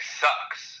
sucks